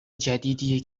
جدیدیه